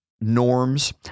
norms